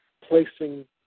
placing